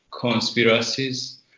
conspiracies